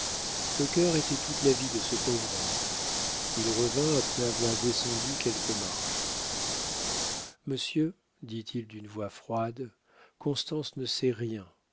le cœur était toute la vie de ce pauvre homme il revint après avoir descendu quelques marches monsieur dit-il d'une voix froide constance ne sait rien